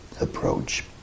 approach